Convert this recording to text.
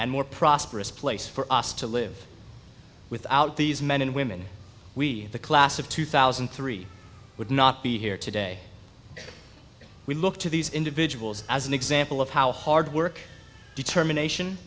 and more prosperous place for us to live without these men and women we the class of two thousand and three would not be here today we look to these individuals as an example of how hard work determination